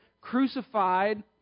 crucified